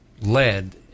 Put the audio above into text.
lead